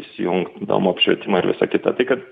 įsijungt įdomų apšvietimą ir visa kita tai kad